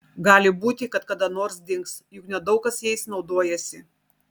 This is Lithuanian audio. gali būti kad kada nors dings juk nedaug kas jais naudojasi